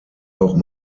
auch